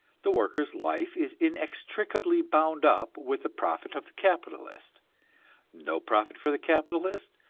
the worker's life is inextricably bound up with the profit of the capitalist no profit for the capitalist,